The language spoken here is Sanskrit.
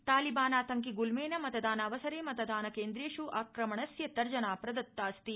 तालिबानातांकि ग्रुल्मेन मतदानावसरे मतदानकेन्द्रेष् आक्रमणस्य तर्जना प्रदत्तास्ति